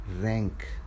rank